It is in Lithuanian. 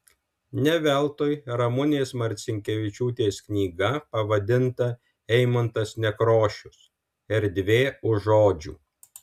ne veltui ramunės marcinkevičiūtės knyga pavadinta eimuntas nekrošius erdvė už žodžių